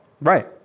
right